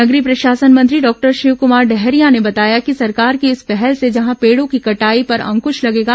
नगरीय प्रशासन मंत्री डॉक्टर शिवकुमार डहरिया ने बताया कि सरकार की इस पहल से जहां पेड़ों की कटाई पर अंकश लगेगा